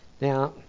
Now